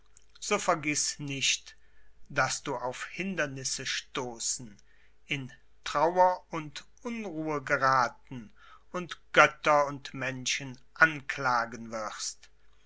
so vergiß nicht daß du auf hindernisse stoßen in trauer und unruhe gerathen und götter und menschen anklagen wirst